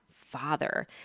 Father